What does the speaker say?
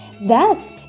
Thus